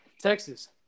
Texas